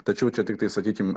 tačiau čia tiktais sakykim